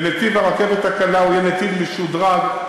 ונתיב הרכבת הקלה יהיה נתיב משודרג,